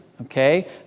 okay